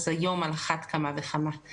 אז היום על אחת כמה וכמה.